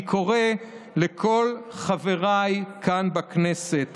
אני קורא לכל חבריי כאן בכנסת